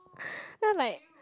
I was like